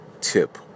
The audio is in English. Tip